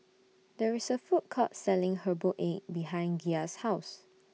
There IS A Food Court Selling Herbal Egg behind Gia's House